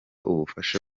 ubufasha